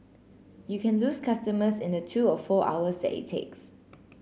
you can lose customers in the two or four hours that it takes